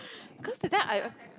cause that time I